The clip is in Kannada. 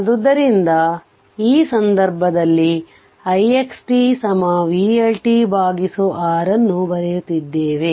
ಆದ್ದರಿಂದ ಈ ಸಂದರ್ಭದಲ್ಲಿ ix t vLt6 ಅನ್ನು ಬರೆಯುತ್ತಿದ್ದೇವೆ